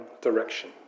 direction